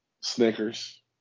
Snickers